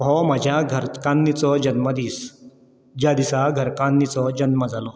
हो म्हज्या घरतकान्नीचो जल्म दीस ज्या दिसा घरकान्नीचो जल्म जालो